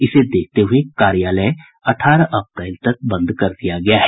जिसे देखते हुये परिषद कार्यालय को अठारह अप्रैल तक बंद कर दिया गया है